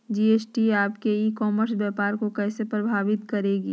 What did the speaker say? GST आपके e commerce व्यापार को कैसे प्रभावित करेगी?